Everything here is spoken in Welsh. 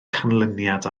canlyniad